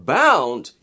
bound